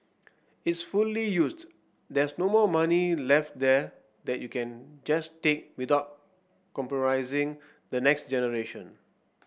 it's fully used there's no more money left there that you can just take without compromising the next generation